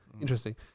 Interesting